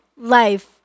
life